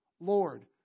Lord